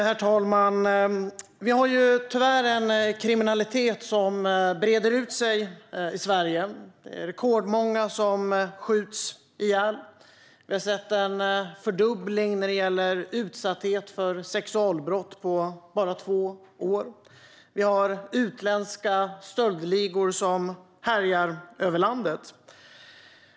Herr talman! Vi har tyvärr en kriminalitet som breder ut sig i Sverige. Det är rekordmånga som skjuts ihjäl. Vi har sett en fördubbling av antalet utsatta för sexualbrott på bara två år. Vi har utländska stöldligor som härjar över landet.